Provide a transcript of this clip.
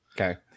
Okay